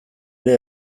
ere